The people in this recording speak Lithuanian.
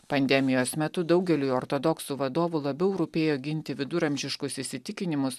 pandemijos metu daugeliui ortodoksų vadovų labiau rūpėjo ginti viduramžiškus įsitikinimus